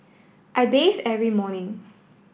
I bathe every morning